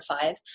five